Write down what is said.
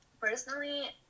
Personally